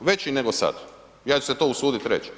veći nego sada, ja ću se usuditi to reć.